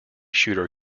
shooter